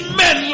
men